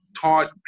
taught